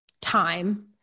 time